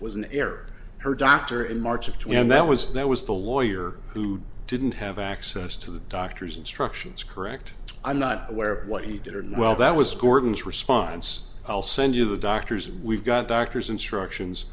error her doctor in march of two and that was that was the lawyer who didn't have access to the doctor's instructions correct i'm not aware of what he did or knew well that was gordon's response i'll send you the doctor's we've got doctor's instructions